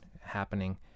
happening